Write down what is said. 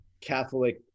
catholic